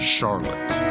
Charlotte